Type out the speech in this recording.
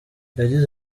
yagize